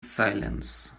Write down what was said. silence